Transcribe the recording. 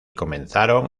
comenzaron